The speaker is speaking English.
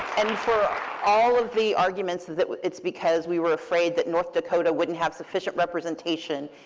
and for all of the arguments that that it's because we were afraid that north dakota wouldn't have sufficient representation,